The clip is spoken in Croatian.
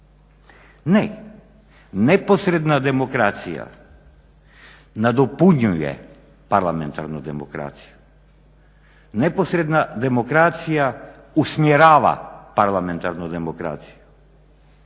Ne, neposredna demokracija nadopunjuje parlamentarnu demokraciju, neposredna demokracija usmjerava parlamentarnu demokraciju.